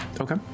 Okay